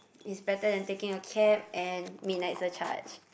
is better than taking a cab and midnight surcharge